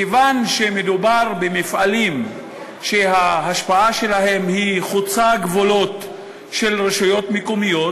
מכיוון שמדובר במפעלים שההשפעה שלהם חוצה גבולות של רשויות מקומיות,